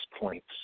points